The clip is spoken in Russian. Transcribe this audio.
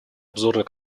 обзорной